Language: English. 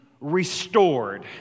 restored